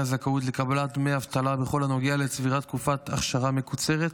הזכאות לקבלת דמי אבטלה בכל הנוגע לצבירת תקופת אכשרה מקוצרת,